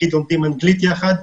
לומדים אנגלית יחד,